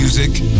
Music